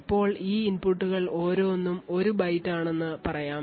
ഇപ്പോൾ ഈ ഇൻപുട്ടുകൾ ഓരോന്നും ഒരു ബൈറ്റ് ആണെന്നു പറയാം